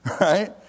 Right